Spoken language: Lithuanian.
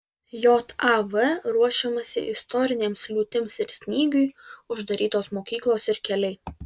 jav ruošiamasi istorinėms liūtims ir snygiui uždarytos mokyklos ir keliai